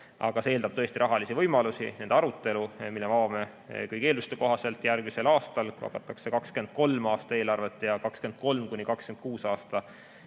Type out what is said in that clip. Aga see eeldab tõesti rahalisi võimalusi, nende arutelu, mille me avame kõigi eelduste kohaselt järgmisel aastal, kui hakatakse 2023. aasta eelarvet ja 2023.–2026. aasta